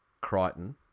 Crichton